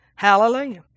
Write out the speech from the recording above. Hallelujah